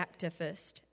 activist